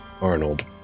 Arnold